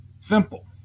Simple